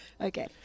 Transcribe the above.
Okay